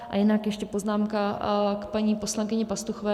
A jinak ještě poznámka k paní poslankyni Pastuchové.